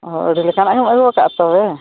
ᱦᱳᱭ ᱟᱹᱰᱤ ᱞᱮᱠᱟᱱᱟᱜ ᱜᱮᱢ ᱟᱹᱜᱩ ᱠᱟᱜᱼᱟ ᱛᱚᱵᱮ